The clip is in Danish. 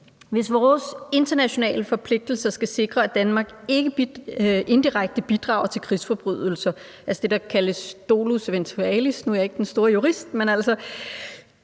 Hvis vores internationale forpligtelser skal sikre, at Danmark ikke indirekte bidrager til krigsforbrydelser, altså det, der kaldes dolus eventualis – nu er jeg er ikke den store jurist – skal